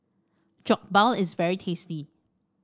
Jokbal is very tasty